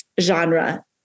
genre